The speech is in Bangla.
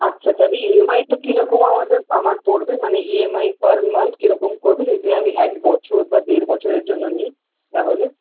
আচ্ছা তাহলে ইএমআইটা কিরকম আমাদের আমার পড়বে মানে ইএমআই পার মান্থ কিরকম পড়বে যদি আমি এক বছর বা দেড় বছরের জন্য নিই তাহলে